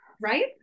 Right